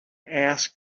asked